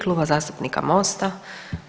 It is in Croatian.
Kluba zastupnika MOST-a.